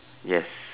yes